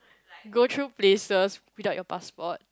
go through places without your passport